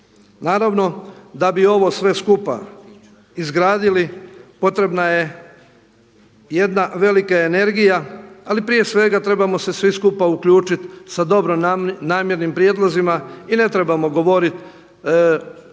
Naravno da bi ovo sve skupa izgradili potrebna je jedna velika energija, ali prije svega trebamo se svi skupa uključiti sa dobronamjernim prijedlozima i ne trebamo govoriti iz